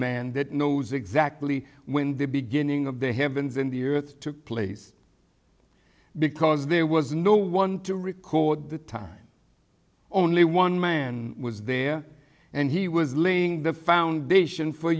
man that knows exactly when the beginning of the heavens and the earth took place because there was no one to record the time only one man was there and he was laying the foundation for